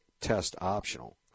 test-optional